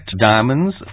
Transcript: diamonds